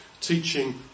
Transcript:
Teaching